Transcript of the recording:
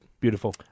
Beautiful